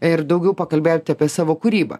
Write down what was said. ir daugiau pakalbėti apie savo kūrybą